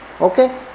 Okay